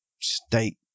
state